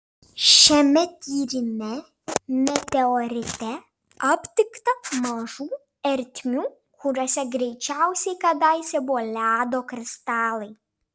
šiame tyrime meteorite aptikta mažų ertmių kuriose greičiausiai kadaise buvo ledo kristalai